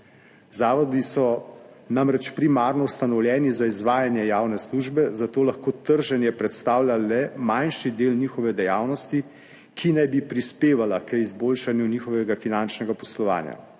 Zavodi so namreč primarno ustanovljeni za izvajanje javne službe, zato lahko trženje predstavlja le manjši del njihove dejavnosti, ki naj bi prispeval k izboljšanju njihovega finančnega poslovanja.